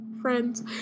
friends